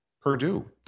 Purdue